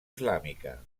islàmica